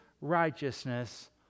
righteousness